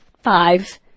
five